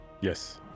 Yes